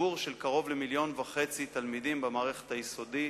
ציבור של קרוב ל-1.5 מיליון תלמידים במערכת היסודית,